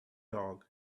dog